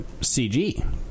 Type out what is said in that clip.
cg